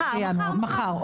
מחר, מחר.